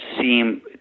seem